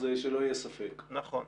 נכון.